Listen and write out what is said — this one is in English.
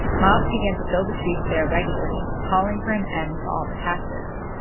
mobs began to fill the streets there regularly, calling for an end to all the taxes.